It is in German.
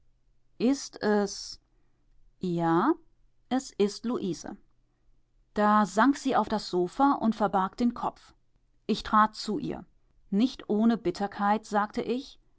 ist es ja es ist luise da sank sie auf das sofa und verbarg den kopf ich trat zu ihr nicht ohne bitterkeit sagte ich